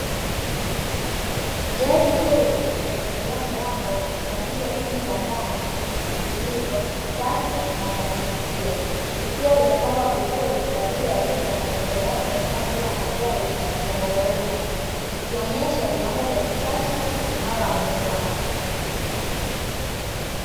Gari zuri limefunguliwa milango likionyesha sehemu za ndani zilizo safi na za kuvutia, likiwa limepangwa vizuri kwa ajili ya wateja wanaopenda kutembelea kutazama ubora wa magari yanayouzwa, likionyesha viwango vya kisasa na uimara wa muundo wake.